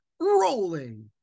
rolling